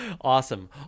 Awesome